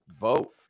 vote